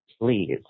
Please